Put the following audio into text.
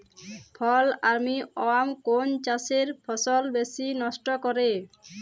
ফল armyworm কোন চাষের ফসল বেশি নষ্ট করে?